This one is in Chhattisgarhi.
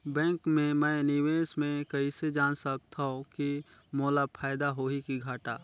बैंक मे मैं निवेश मे कइसे जान सकथव कि मोला फायदा होही कि घाटा?